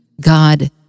God